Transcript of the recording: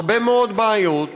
הרבה מאוד בעיות,